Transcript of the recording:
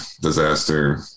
disaster